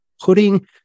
putting